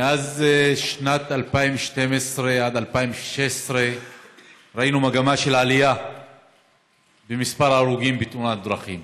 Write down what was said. משנת 2012 עד 2016 ראינו מגמה של עלייה במספר ההרוגים בתאונות דרכים.